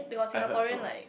I heard so